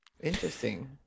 interesting